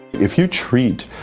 if you treat,